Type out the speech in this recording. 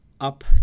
up